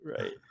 Right